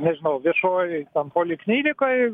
nežinau viešoj poliklinikoj